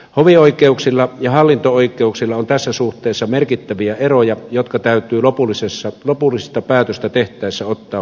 hovioikeuksilla ja hallinto oikeuksilla on tässä suhteessa merkittäviä eroja jotka täytyy lopullista päätöstä tehtäessä ottaa huomioon